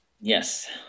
Yes